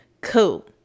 Cool